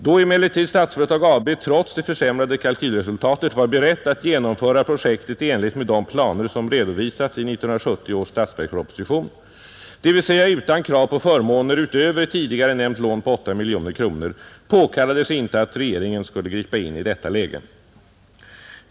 Då emellertid Statsföretag AB trots det försämrade kalkylresultatet var berett att genomföra projektet i enlighet med de planer som redovisats i 1970 års statsverksproposition — dvs. utan krav på förmåner utöver tidigare nämnt lån på 8 miljoner kronor — påkallades inte att regeringen skulle gripa in i detta läge.